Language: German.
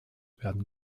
werden